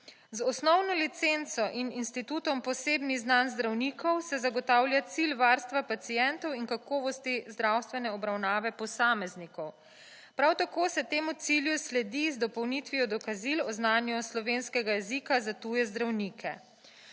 Z osnovno licenco in institutom posebnih znanj zdravnikov se zagotavlja cilj varstva pacientov in kakovosti zdravstvenega obravnave posameznikov. Prav tako se temu cilju sledi z dopolnitvijo dokazil o znanju slovenskega jezika za tuje zdravnike.